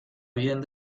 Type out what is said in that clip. bien